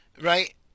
right